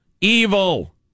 evil